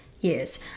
years